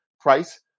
price